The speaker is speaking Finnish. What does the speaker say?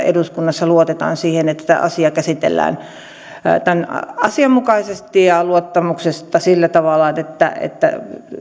eduskunnassa luotetaan siihen että tämä asia käsitellään asianmukaisesti ja luottamuksellisesti sillä tavalla että